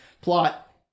plot